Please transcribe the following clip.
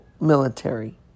military